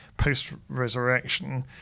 post-resurrection